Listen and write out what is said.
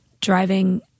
driving